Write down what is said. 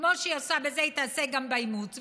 כמו שהיא עושה בזה היא תעשה גם באימוץ,